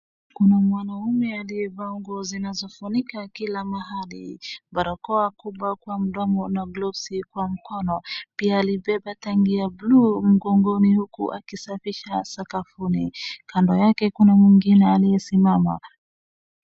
Kuna mwanaume aliyevaa nguo zinazofunika kila mahali. Barakoa kubwa kwa mdomo na gloves kwa mkono. Pia alibeba tangi ya bluu mgongoni huku akisafisha sakafuni. Kando yake kuna mwingine aliyesimama,